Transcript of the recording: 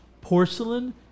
porcelain